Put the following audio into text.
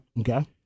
Okay